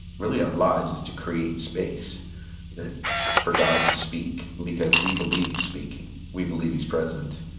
really, our lives is to create space that for god to speak because we believe he's speaking. we believe he's present.